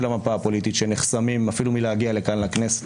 המפה הפוליטית שנחסמים אפילו מלהגיע לכאן לכנסת,